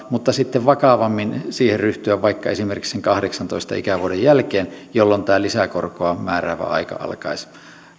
mutta sitten vakavammin siihen ryhtyä vaikka esimerkiksi sen kahdeksantoista ikävuoden jälkeen jolloin tämä lisäkorkoa määräävä aika alkaisi